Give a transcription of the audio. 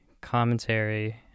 commentary